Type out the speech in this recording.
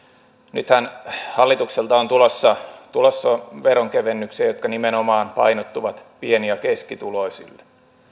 nythän hallitukselta on tulossa veronkevennyksiä jotka nimenomaan painottuvat pieni ja keskituloisille